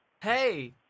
Hey